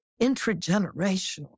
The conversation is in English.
intergenerational